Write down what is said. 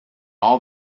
all